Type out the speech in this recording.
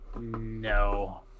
no